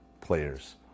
players